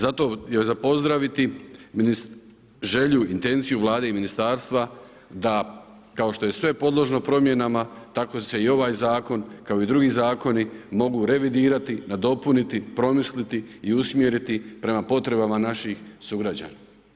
Zato je za pozdraviti želju i intenciju Vlade i Ministarstva da, kao što je sve podložno promjenama, tako se i ovaj Zakon kao i drugi zakoni mogu revidirati, nadopuniti, promisliti i usmjeriti prema potrebama naših sugrađana.